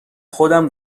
خودم